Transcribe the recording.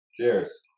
Cheers